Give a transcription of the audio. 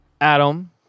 Adam